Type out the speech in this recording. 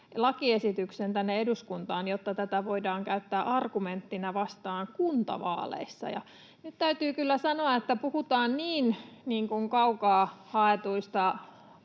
lakiesityksen tänne eduskuntaan, jotta tätä voidaan käyttää argumenttina vastaan kuntavaaleissa. Nyt täytyy kyllä sanoa, että puhutaan niin kaukaa haetuista